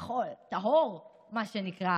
כחול, טהור, מה שנקרא,